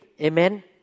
Amen